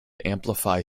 amplify